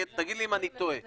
תגיד לי אם אני טועה,